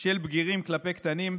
של בגירים כלפי קטינים.